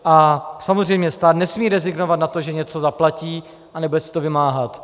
A samozřejmě stát nesmí rezignovat na to, že něco zaplatí a nebude se to vymáhat.